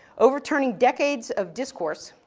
overturning decades of discourse,